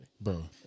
Bro